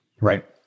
Right